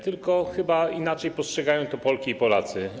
Tylko chyba inaczej postrzegają to Polki i Polacy.